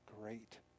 great